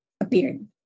appeared